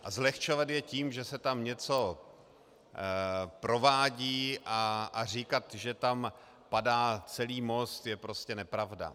A zlehčovat je tím, že se tam něco provádí, a říkat, že tam padá celý most, je prostě nepravda.